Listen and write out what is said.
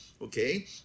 Okay